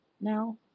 now